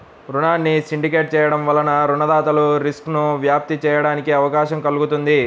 రుణాన్ని సిండికేట్ చేయడం వలన రుణదాతలు రిస్క్ను వ్యాప్తి చేయడానికి అవకాశం కల్గుతుంది